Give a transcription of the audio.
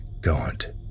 gaunt